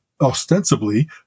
Ostensibly